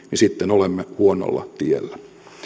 niin sitten olemme huonolla tiellä